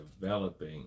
developing